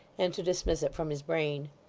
and to dismiss it from his brain.